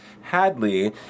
Hadley